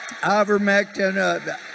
ivermectin